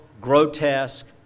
grotesque